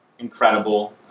incredible